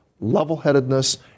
level-headedness